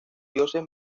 dioses